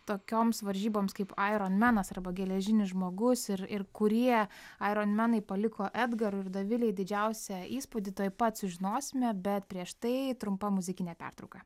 tokioms varžyboms kaip aironmenas arba geležinis žmogus ir ir kurie aironmenai paliko edgarui ir dovilei didžiausią įspūdį tuoj pat sužinosime bet prieš tai trumpa muzikinė pertrauka